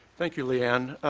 thank you, leigh ann.